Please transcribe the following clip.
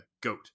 goat